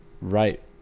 right